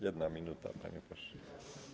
1 minuta, panie pośle.